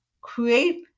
create